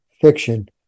fiction